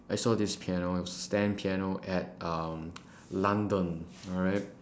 I saw this piano stand piano at um london alright